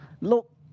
Look